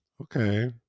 Okay